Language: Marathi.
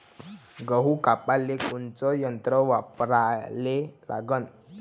गहू कापाले कोनचं यंत्र वापराले लागन?